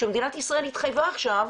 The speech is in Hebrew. שמדינת ישראל התחייבה עכשיו